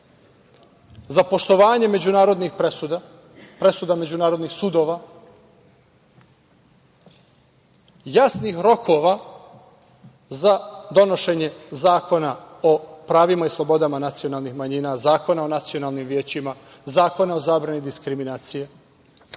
za poštovanje međunarodnih presuda, presuda međunarodnih sudova, jasnih rokova za donošenje Zakona o pravima i slobodama nacionalnih manjina, Zakona o nacionalnim većima, Zakona o zabrani diskriminacije,